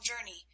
journey